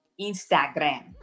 instagram